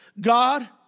God